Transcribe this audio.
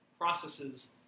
processes